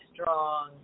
strong